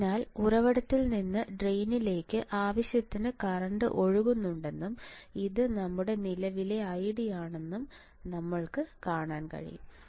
അതിനാൽ ഉറവിടത്തിൽ നിന്ന് ഡ്രെയിനിലേക്ക് ആവശ്യത്തിന് കറന്റ് ഒഴുകുന്നുണ്ടെന്നും ഇത് നമ്മുടെ നിലവിലെ ID യാണെന്നും ഞങ്ങൾക്ക് കാണാൻ കഴിയും